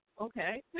okay